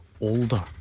older